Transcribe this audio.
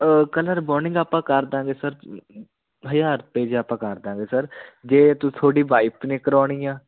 ਇਕੱਲਾ ਰਿਬੋਨਡਿੰਗ ਆਪਾਂ ਕਰ ਦਾਂਗੇ ਸਰ ਹਜ਼ਾਰ ਰੁਪਏ ਚ ਆਪਾਂ ਕਰਦਾਂਗੇ ਸਰ ਜੇ ਤੁ ਤੁਹਾਡੀ ਵਾਈਫ ਨੇ ਕਰਾਉਣੀ ਆ